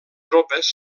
tropes